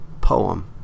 poem